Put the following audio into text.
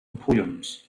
poems